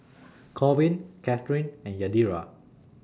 Korbin Kathyrn and Yadira